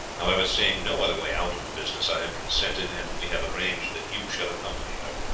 however, seeing no other way out of the business, i have consented, and we have arranged that you shall accompany her.